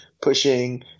pushing